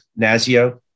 NASIO